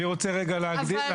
מה